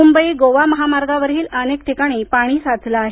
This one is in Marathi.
मुंबई गोवा महामार्गावरही अनेक ठिकाणी पाणी साचलं आहे